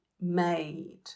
made